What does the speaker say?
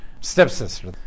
stepsister